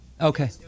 Okay